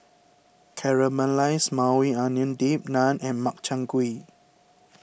Caramelized Maui Onion Dip Naan and Makchang Gui